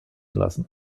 lassen